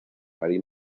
mary